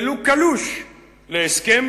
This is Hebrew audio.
ולו קלוש להסכם,